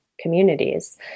communities